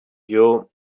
you